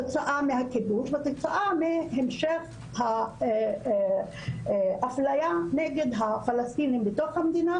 ותוצאה מהמשך אפלייה נגד הפלסטינים בתוך המדינה,